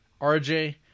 RJ